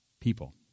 People